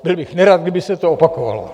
Byl bych nerad, kdyby se to opakovalo.